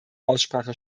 aussprache